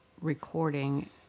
recording